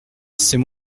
c’est